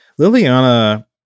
Liliana